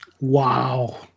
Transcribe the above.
Wow